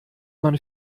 man